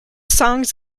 songs